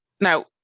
Now